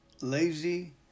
lazy